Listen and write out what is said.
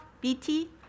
BT